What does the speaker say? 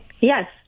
Yes